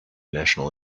national